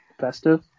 Festive